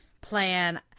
plan